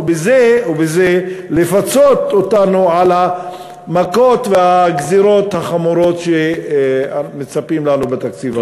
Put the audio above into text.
ובזה לפצות אותנו על המכות והגזירות החמורות שמצפות לנו בתקציב הזה.